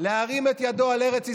להרים את ידו על ארץ ישראל,